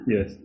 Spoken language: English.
Yes